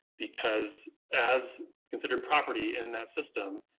because as considered property in that system,